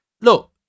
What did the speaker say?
look